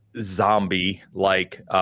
zombie-like